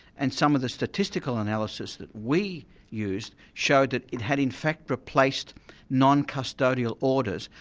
and some of the statistical analysis that we used, showed that it had in fact replaced non-custodial orders,